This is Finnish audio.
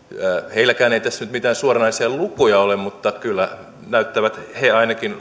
heilläkään ei tässä nyt mitään suoranaisia lukuja ole mutta kyllä ainakin